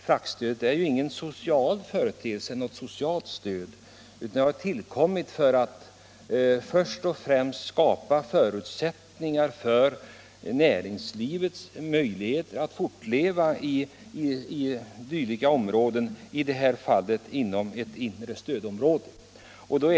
Fraktstödet är ju inte något socialt stöd, utan det har tillkommit först och främst för att skapa förutsättningar för näringslivet att fortleva inom t.ex. det inre stödområdet.